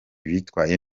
bitwaye